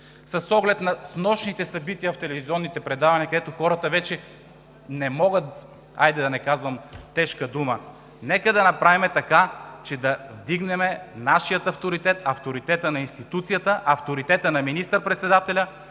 с оглед на снощните събития в телевизионните предавания, където хората вече не могат, хайде да не казвам тежка дума, нека да направим така, че да вдигнем нашия авторитет, авторитета на институцията, авторитета на министър-председателя,